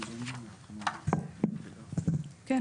רק